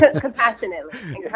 Compassionately